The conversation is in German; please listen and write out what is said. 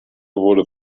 wurde